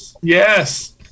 yes